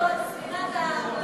על ספינת האהבה.